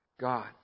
God